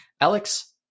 Alex